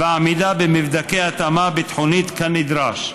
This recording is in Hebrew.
ועמידה במבדקי התאמה ביטחונית כנדרש.